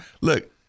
Look